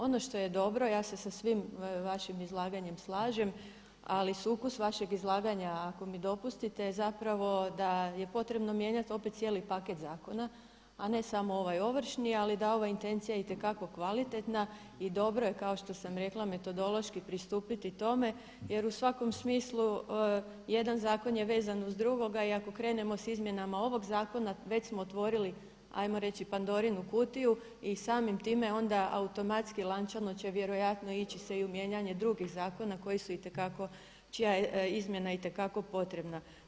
Ono što je dobro, ja se sa svim vašim izlaganjem slažem, ali sukus vašeg izlaganja ako mi dopustite je zapravo da je potrebno mijenjati opet cijeli paket zakona, a ne samo ovaj ovršni ali da je ova intencija itekako kvalitetna i dobro je kao što sam rekla metodološki pristupiti tome jer u svakom smislu jedan zakon je vezan uz drugog i ako krenemo s izmjenama ovog zakona već smo otvorili ajmo reći Pandorinu kutiju i samim time onda automatski lančano će vjerojatno ići se i u mijenjanje drugih zakona čija je izmjena itekako potrebna.